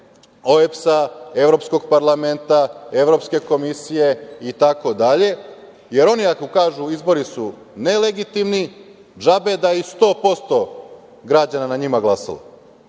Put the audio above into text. OEBS-a, Evropskog parlamenta, Evropske komisije itd, jer oni kažu – izbori su nelegitimni, džaba da je i 100% građana na njima glasalo.